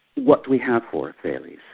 what do we have for thales?